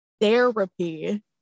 therapy